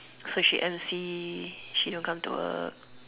cause she M_C she don't come to work